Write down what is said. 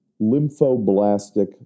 lymphoblastic